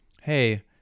hey